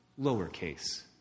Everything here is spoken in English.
lowercase